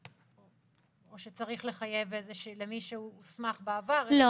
או שצריך לחייב מי שהוסמך בעבר באיזושהי בחינה?